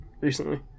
recently